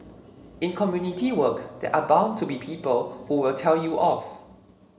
in community work there are bound to be people who will tell you off